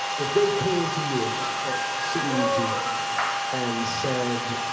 if they came to you at cevg and said,